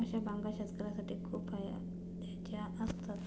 अशा बँका शेतकऱ्यांसाठी खूप फायद्याच्या असतात